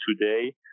today